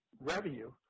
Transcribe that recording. revenue